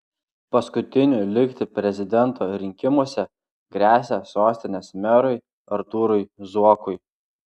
paskutiniu likti prezidento rinkimuose gresia sostinės merui artūrui zuokui